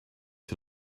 who